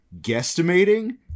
guesstimating